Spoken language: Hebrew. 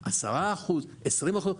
10% של רישיונות,